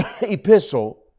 epistle